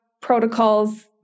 protocols